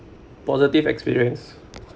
positive experience